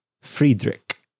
Friedrich